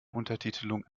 untertitelung